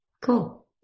Cool